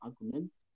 arguments